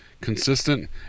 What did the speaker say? consistent